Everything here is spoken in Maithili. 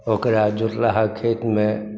ओकरा जोतलाहा खेतमे